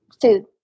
food